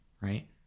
right